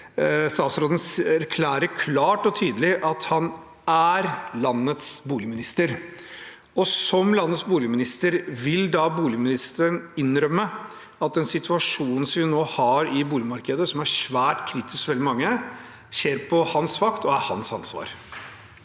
statsråden erklærer klart og tydelig at han er landets boligminister. Vil da boligministeren innrømme at den situasjonen vi nå har i boligmarkedet, som er svært kritisk for veldig mange, skjer på hans vakt og er hans ansvar?